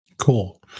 cool